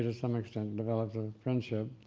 ah some extent developed a friendship